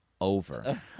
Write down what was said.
over